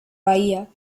bahía